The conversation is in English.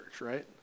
right